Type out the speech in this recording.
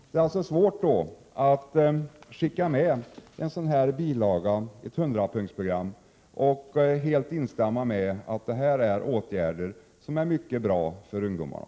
Det är då svårt att skicka med ett sådant här 100-punktsprogram och helt instämma i att det handlar om åtgärder som är mycket bra för ungdomarna.